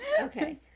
Okay